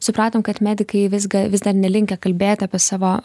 supratom kad medikai visga vis dar nelinkę kalbėt apie savo